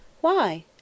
Why